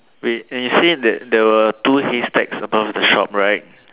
wait and you said that there were two haystacks above the shop right